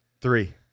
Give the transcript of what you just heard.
Three